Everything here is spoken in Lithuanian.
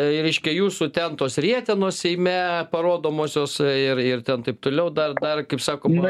reiškia jūsų ten tos rietenos seime parodomosios ir ir ten taip toliau dar dar kaip sakoma